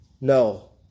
No